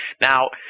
Now –